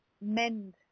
mend